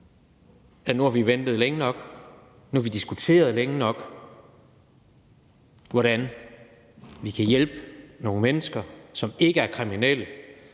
at nu har vi ventet længe nok og nu har vi diskuteret længe nok, hvordan vi kan hjælpe nogle mennesker, som ikke er kriminelle,